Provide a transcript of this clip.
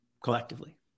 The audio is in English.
collectively